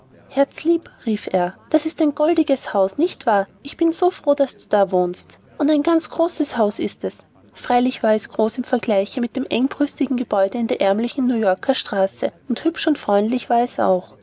herzlieb rief er das ist ja ein goldiges haus nicht wahr ich bin so froh daß du da wohnst und ein ganz großes haus ist es freilich war es groß im vergleiche mit dem engbrüstigen gebäude in der ärmlichen new yorker straße und hübsch und freundlich war es auch